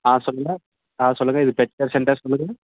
ஆ சொல்லுங்கள் ஆ சொல்லுங்கள் இது பெட் ஹெல்த் சென்டர்ஸ் சொல்லுங்கள்